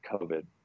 COVID